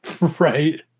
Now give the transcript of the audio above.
right